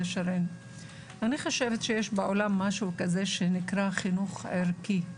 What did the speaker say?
יש בעולם מושג שנקרא "חינוך ערכי",